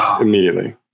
immediately